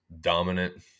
dominant